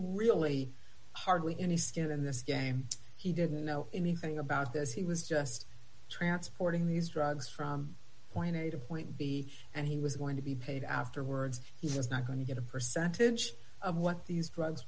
really hardly any skin in this game he didn't know anything about this he was just transporting these drugs from point a to point b and he was going to be paid afterwards he was not going to get a percentage of what these drugs